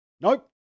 Nope